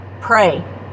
Pray